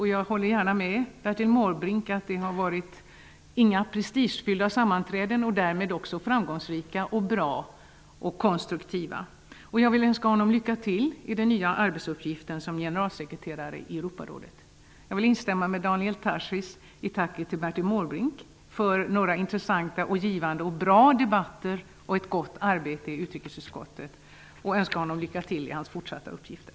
Jag håller gärna med Bertil Måbrink att det inte har varit några prestigefyllda sammanträden, och därmed också framgångsrika, bra och konstruktiva sammanträden. Jag vill önska Daniel Tarschys lycka till med den nya arbetsuppgiften som generalsekreterare i Europarådet. Jag vill instämma med Daniel Tarschys i tacket till Bertil Måbrink för intressanta, givande och bra debatter och ett gott arbete i utrikesutskottet. Jag önskar honom lycka till i hans fortsatta uppgifter.